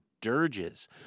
dirges